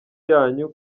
yanyu